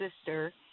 sister